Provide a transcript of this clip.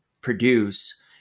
produce